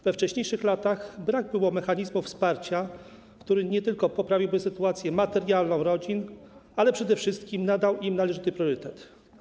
We wcześniejszych latach brak było mechanizmu wsparcia, który nie tylko poprawiłby sytuację materialną rodzin, ale przede wszystkim nadał im należyty priorytet.